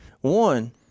One